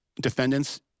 defendants